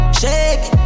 shake